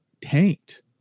tanked